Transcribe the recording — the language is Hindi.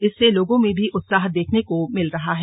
इससे लोगों में भी उत्साह देखने को मिल रहा है